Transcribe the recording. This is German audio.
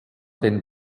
den